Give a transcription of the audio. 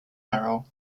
marrow